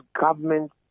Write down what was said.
government